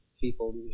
people